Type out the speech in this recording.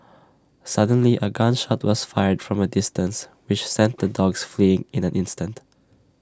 suddenly A gun shot was fired from A distance which sent the dogs fleeing in an instant